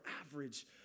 average